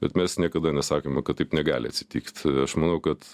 bet mes niekada nesakėme kad taip negali atsitikt aš manau kad